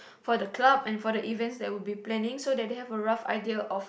for the club and for the events that will be planning so that they have a rough idea of